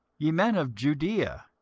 ye men of judaea,